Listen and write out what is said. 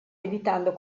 evitando